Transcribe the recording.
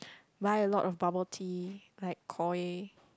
buy a lot of bubble tea like Koi